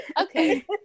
Okay